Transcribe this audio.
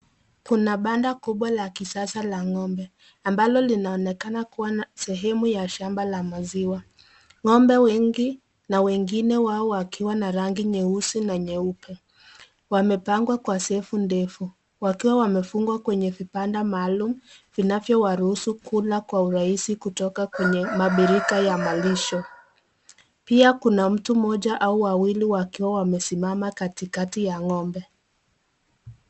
Kuna banda kubwa la kisasa la ng'ombe amabalo linaoanekana kuwa sehemu ya shamba la maziwa.Ng'ombe wengi na wengine wao wakiwa na rangi nyeusi na nyeupe. Wamepangwa kwa sefu ndefu wakiwa wamefungwa kwenye vibanda maalum vinavyo waruhusu kula kwa urahisi kutoka kwenye mabirika ya malisho. Pia kuna mtu mmoja ama wawili wakiwa wamesimama katikati ya ng'ombe.